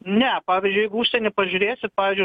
ne pavyzdžiui jeigu užsieny pažiūrėsit pavyzdžiui